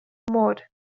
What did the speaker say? more